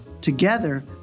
Together